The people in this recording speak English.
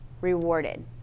rewarded